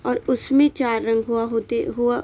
اور اس میں چار رنگ ہوا ہوتے ہوا